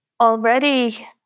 already